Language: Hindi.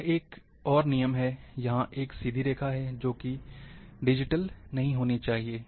यह एक और नियम है यहाँ एक सीधी रेखा है जोकि डिजिटल नहीं होनी चाहिए